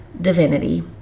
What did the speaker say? Divinity